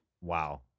Wow